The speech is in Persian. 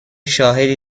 شاهدی